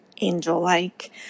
angel-like